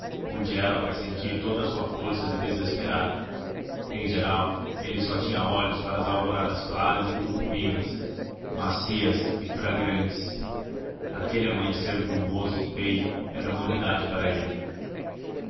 onde ela faz sentir toda a sua força de desesperar em geral ele só tinha olhos para as alvoradas claras e purpurinas macias e fragrantes aquele amanhecer brumoso e feio era uma novidade para ele